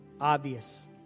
obvious